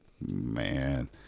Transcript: Man